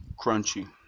crunchy